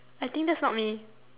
I think that's not me